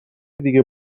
دیگه